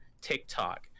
TikTok